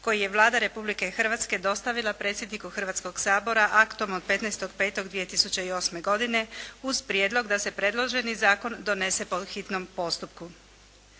koji je Vlada Republike Hrvatske dostavila predsjedniku Hrvatskoga sabora aktom od 15.5.2008. godine uz prijedlog da se predloženi zakon donese po hitnom postupku.